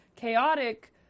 chaotic